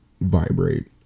vibrate